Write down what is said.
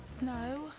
No